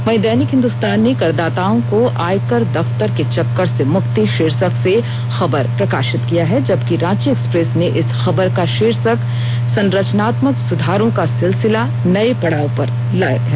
वहीं दैनिक हिन्दुस्तान ने करादाताओं को आयकर दफ्तर के चक्कर से मुक्ति शीर्षक से खबर प्रकाशित किया है जबकि रांची एक्सप्रेस ने इस खबर का शीर्षक संरचनात्मक सुधारों का सिलसिला नए पड़ाव पर लगाया है